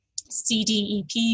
CDEP